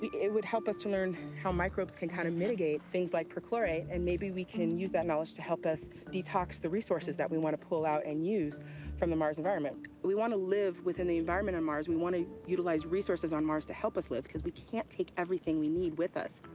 it would help us to learn how microbes can kind of mitigate things like perchlorate, and maybe we can use that knowledge to help us detox the resources that we want to pull out and use from the mars environment. we want to live within the environment of and mars. we want to utilize resources on mars to help us live, because we can't take everything we need with us.